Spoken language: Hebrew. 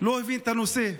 את הנושא.